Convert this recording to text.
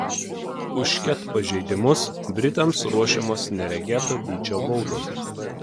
už ket pažeidimus britams ruošiamos neregėto dydžio baudos